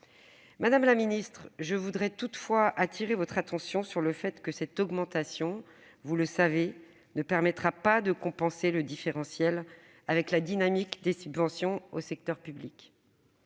Madame la ministre, je voudrais toutefois attirer votre attention sur le fait que cette augmentation, vous le savez, ne permettra pas de compenser le différentiel avec la dynamique des subventions accordées au secteur public.